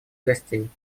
гостей